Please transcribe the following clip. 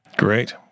Great